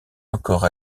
encore